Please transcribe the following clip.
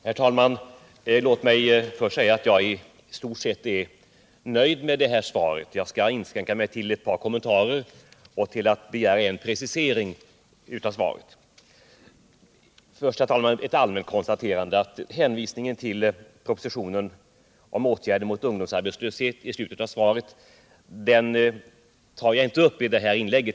Herr talman! Låt mig få säga att jag i stort sett är nöjd med svaret. Jag skall inskränka mig till ett par kommentarer och till att begära en precisering av svaret. Först ett allmänt konstaterande, herr talman. Den hänvisning till propositionen om åtgärder mot ungdomsarbetslöshet, som görs i slutet av svaret, kommer jag inte att ta upp i detta inlägg.